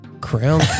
Crown